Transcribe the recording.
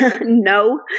no